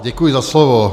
Děkuji za slovo.